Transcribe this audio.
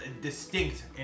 distinct